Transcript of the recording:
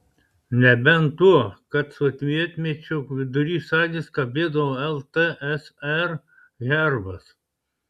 nebent tuo kad sovietmečiu vidury salės kabėdavo ltsr herbas